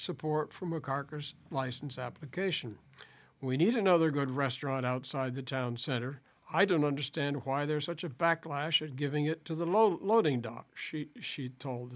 support from a carcass license application we need another good restaurant outside the town center i don't understand why there's such a backlash and giving it to the low loading dock she she told